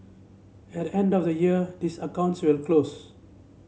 at end of the year these accounts will close